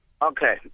Okay